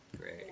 great